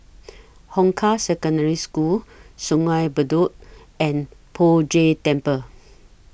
Hong Kah Secondary School Sungei Bedok and Poh Jay Temple